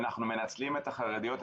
ואנחנו מנצלים את החרדיות.